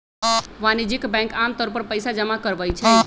वाणिज्यिक बैंक आमतौर पर पइसा जमा करवई छई